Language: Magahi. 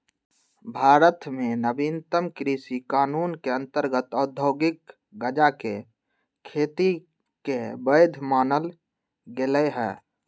भारत में नवीनतम कृषि कानून के अंतर्गत औद्योगिक गजाके खेती के वैध मानल गेलइ ह